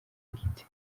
giti